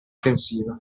intensiva